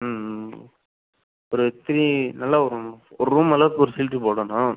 ம் ம் ஒரு த்ரீ நல்லா ஒரு ஒரு ரூம் அளவுக்கு ஒரு ஷீட் போடணும்